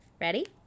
Ready